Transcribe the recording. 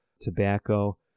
tobacco